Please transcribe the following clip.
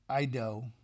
Ido